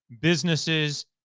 businesses